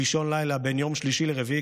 באישון לילה בין יום שלישי לרביעי,